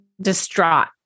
distraught